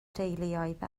deuluoedd